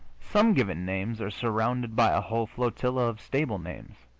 some given names are surrounded by a whole flotilla of stable-names.